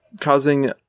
causing